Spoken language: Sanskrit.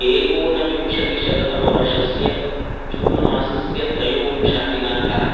एकोनविंशतिशततमवर्षस्य जून् मासस्य त्रयोविंशः दिनाङ्कः